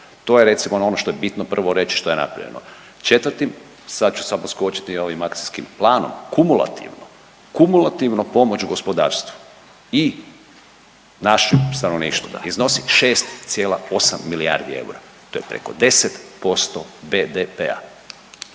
To je recimo ono što je bitno prvo reći što je napravljeno. 4., sad ću samo skočiti ovim akcijskim planom, kumulativno, kumulativno pomoći gospodarstvu i naši stanovništvu. Iznosi 6,8 milijardi eura, to je preko 10% BDP-a,